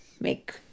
Make